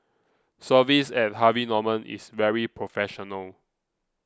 service at Harvey Norman is very professional